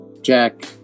Jack